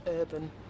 urban